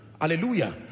hallelujah